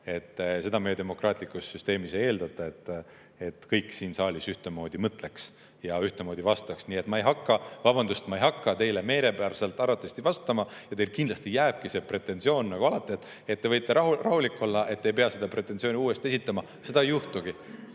Seda meie demokraatlikus süsteemis ei eeldata, et kõik siin saalis ühtemoodi mõtleks ja ühtemoodi vastaks. Nii et vabandust, aga ma ei hakka arvatavasti teile meelepäraselt vastama. Teile kindlasti jääbki see pretensioon nagu alati. Te võite rahulik olla, te ei pea seda pretensiooni uuesti esitama. Seda ei juhtugi.